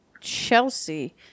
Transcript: Chelsea